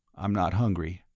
i'm not hungry.